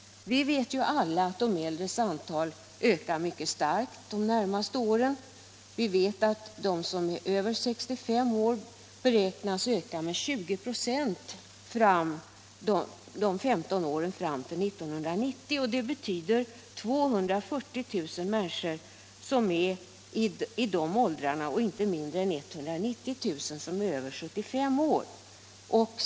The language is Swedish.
Vi vet alla att de äldres antal ökar mycket starkt de närmaste åren. Vi vet att de som är över 65 år beräknas öka med 20 26 fram till 1990. Det betyder 240 000 människor i de åldrarna och inte mindre än 190 000 över 75 år.